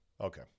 Okay